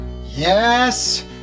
Yes